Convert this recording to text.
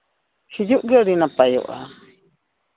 ᱦᱤᱡᱩᱜ ᱜᱮ ᱟᱹᱰᱤ ᱱᱟᱯᱟᱭᱚᱜᱼᱟ